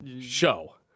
Show